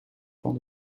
van